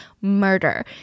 murder